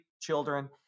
children